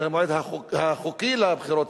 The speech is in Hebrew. עד המועד החוקי לבחירות,